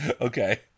okay